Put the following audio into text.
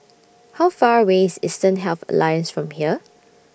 How Far away IS Eastern Health Alliance from here